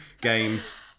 Games